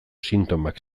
sintomak